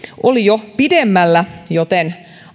oli jo pidemmällä joten